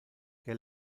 que